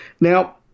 Now